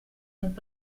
und